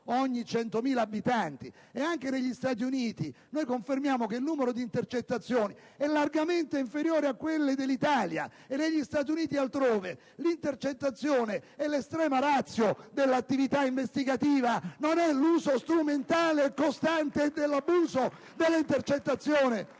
ogni 100.000 abitanti. Anche negli Stati Uniti confermiamo che il numero delle intercettazioni è largamente inferiore a quello dell'Italia e negli Stati Uniti e altrove l'intercettazione è *l'extrema ratio* dell'attività investigativa, non c'è l'uso strumentale e costante, l'abuso dell'intercettazione